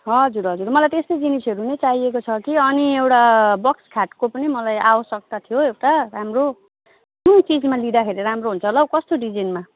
हजुर हजुर मलाई त्यस्तै जिनिसहरू नै चाहिएको छ कि अनि एउटा बक्स खाटको पनि मलाई आवश्यकता थियो एउटा राम्रो कुन किसिममा लिँदाखेरि राम्रो हुन्छ होला हौ कस्तो डिजाइनमा